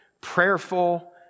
prayerful